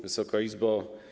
Wysoka Izbo!